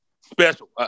special